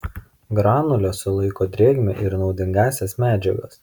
granulės sulaiko drėgmę ir naudingąsias medžiagas